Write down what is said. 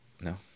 no